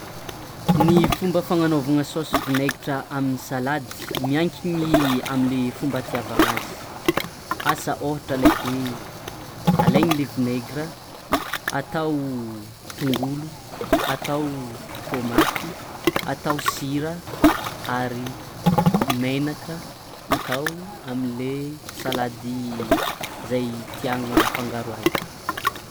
Ny fomba fagnanaovana vinengitra amin'ny salady miankoiny amle fomba hitiavana azy, asa ôhatra alaiko hoe alainy le vinegra atao tongolo, atao tômaty atao sira ary menaka atao amle salady zay tiagna afangaro azy.